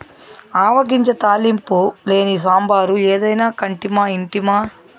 ఆవ గింజ తాలింపు లేని సాంబారు ఏదైనా కంటిమా ఇంటిమా